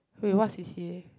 wait what C_C_A